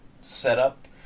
setup